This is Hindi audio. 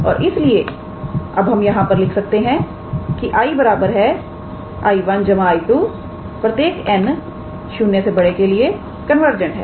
और इसलिए अब हम यहां से लिख सकते हैं कि𝐼 𝐼1 𝐼2 प्रत्येक 𝑛 0 के लिए कन्वर्जेंट है